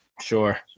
Sure